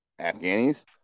Afghani's